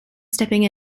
stepping